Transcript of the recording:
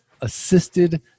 assisted